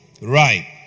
Right